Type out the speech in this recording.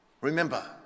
remember